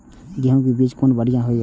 गैहू कै बीज कुन बढ़िया होय छै?